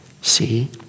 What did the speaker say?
See